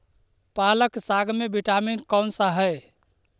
पालक साग में विटामिन कौन सा है?